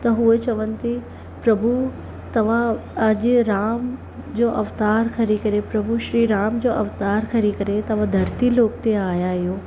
त हूअ चवनि थी प्रभु तव्हां अॼु राम जो अवतार खणी करे प्रभु श्री राम जो अवतार खणी करे तव्हां धरती लोक ते आया आहियो